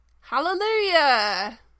Hallelujah